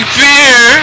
beer